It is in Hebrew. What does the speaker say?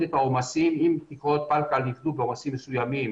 את העומסים אם תקרות פלקל יפלו בעומסים מסוימים,